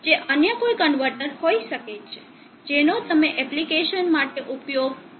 તે અન્ય કોઈ કન્વર્ટર હોઈ શકે છે જેનો તમે એપ્લિકેશન માટે ઉપયોગ કરી રહ્યાં છો